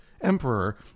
emperor